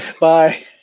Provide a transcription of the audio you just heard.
Bye